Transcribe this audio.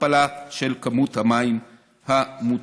הכפלה של כמות המים המותפלים.